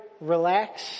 relax